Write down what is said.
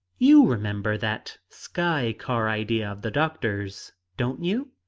you remember that sky-car idea of the doctor's, don't you?